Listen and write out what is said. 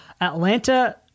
Atlanta